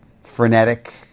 frenetic